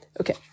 Okay